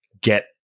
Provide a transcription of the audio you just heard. get